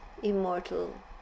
Immortal